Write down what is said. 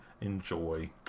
enjoy